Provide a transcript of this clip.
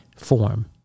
form